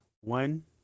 one